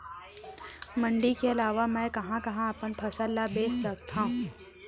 मण्डी के अलावा मैं कहाँ कहाँ अपन फसल ला बेच सकत हँव?